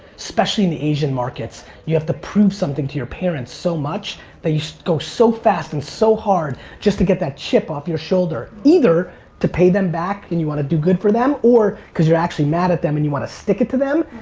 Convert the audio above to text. especially in the asian markets. you have to prove something to your parents so much, that you go so fast and so hard just to get that chip off your shoulder, either to pay them back and you want to do good for them or because you're actually mad at them and you want to stick it to them,